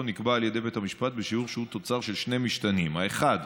נקבע על ידי בית המשפט בשיעור שהוא תוצר של שני משתנים: האחד,